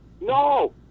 No